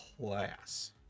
class